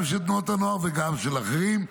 גם של תנועות הנוער וגם של אחרים.